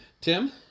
tim